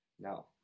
No